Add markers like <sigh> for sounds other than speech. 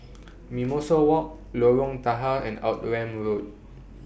Mimosa Walk Lorong Tahar and <unintelligible> Road